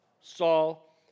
Saul